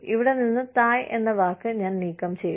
ഇവിടെ നിന്ന് തായ് എന്ന വാക്ക് ഞാൻ നീക്കം ചെയ്യും